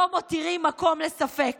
לא מותירים מקום לספק